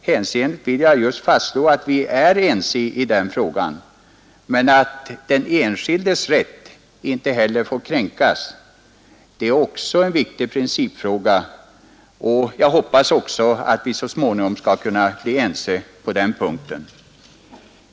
Jag vill slå fast att vi är ense i den stora principfrågan, men att den enskildes rätt inte får kränkas är också en viktig principfråga. Jag hoppas att vi så småningom skall kunna bli ense även på den punkten.